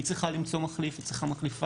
היא צריכה למצוא מחליף או מחליפה.